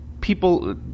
people